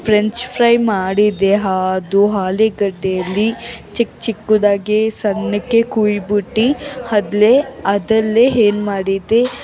French fry ಮಾಡಿದ್ದೆ ಅದು ಆಲುಗಡ್ಡೆಯಲ್ಲಿ ಚಿಕ್ಕ ಚಿಕ್ಕದಾಗಿ ಸಣ್ಣಕ್ಕೆ ಕುಯ್ದು ಬಿಟ್ಟು ಅದ್ಲೇ ಅದಲ್ಲೇ ಏನು ಮಾಡಿದ್ದೆ